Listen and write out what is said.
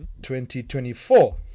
2024